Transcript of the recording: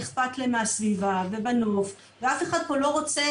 אכפת להם מהסביבה ומהנוף ואף אחד לא רוצה